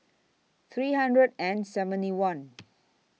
three hundred and seventy one